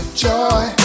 joy